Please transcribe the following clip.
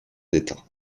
états